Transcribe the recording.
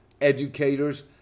educators